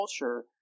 culture